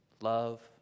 love